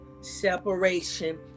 separation